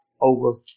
over